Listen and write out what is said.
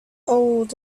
old